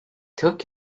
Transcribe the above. took